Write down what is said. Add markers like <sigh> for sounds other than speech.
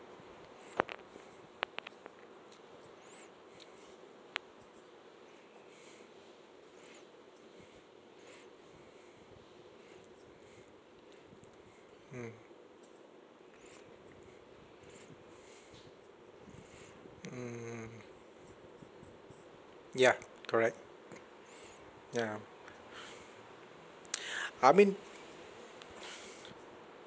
mm mm ya correct ya <breath> I mean